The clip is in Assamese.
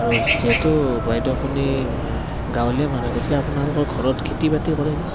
আৰু যিহেতু বাইদেউ আপুনি গাঁৱলীয়া মানুহ গতিকে আপোনালোকৰ ঘৰত খেতি বাতি কৰেনে